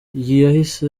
yahise